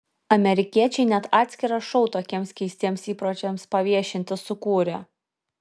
amerikiečiai net atskirą šou tokiems keistiems įpročiams paviešinti sukūrė